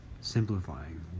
simplifying